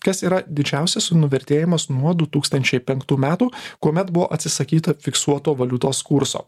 kas yra didžiausias nuvertėjimas nuo du tūkstančiai penktų metų kuomet buvo atsisakyta fiksuoto valiutos kurso